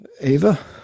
Ava